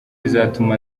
izatuma